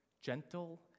Gentle